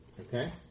Okay